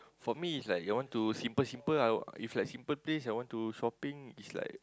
for me is like you want to simple simple I if like simple place I want to shopping is like